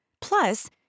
Plus